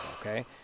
okay